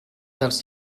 dels